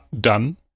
done